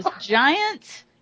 giant